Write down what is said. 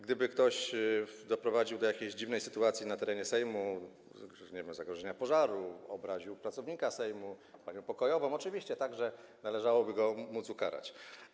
Gdyby ktoś doprowadził do jakiejś dziwnej sytuacji na terenie Sejmu, zagrożenia pożarowego, obraził pracownika Sejmu, panią pokojową, oczywiście także należałoby móc go ukarać.